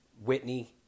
Whitney